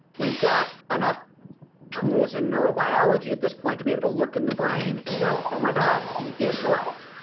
we've got enough tools in neurobiology at this point to be able to look in the brain and go, oh my god! he is right.